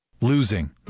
Losing